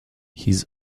his